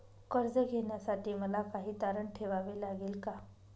कर्ज घेण्यासाठी मला काही तारण ठेवावे लागेल का?